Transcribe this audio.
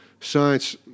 Science